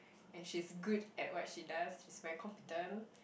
and she's good at what she does she's very competent